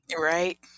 Right